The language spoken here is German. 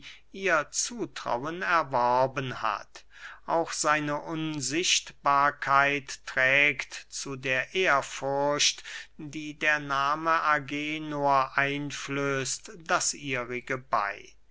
ihr zutrauen erworben hat auch seine unsichtbarkeit trägt zu der ehrfurcht die der nahme agenor einflößt das ihrige bey